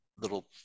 Little